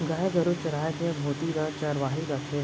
गाय गरू चराय के भुती ल चरवाही कथें